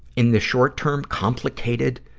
in the short term, complicated